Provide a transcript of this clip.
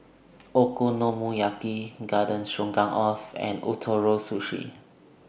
Okonomiyaki Garden Stroganoff and Ootoro Sushi